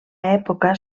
època